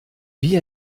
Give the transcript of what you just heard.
wie